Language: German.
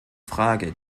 frage